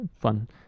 fun